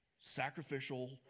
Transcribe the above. sacrificial